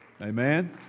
Amen